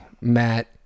matt